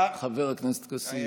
חבר הכנסת כסיף.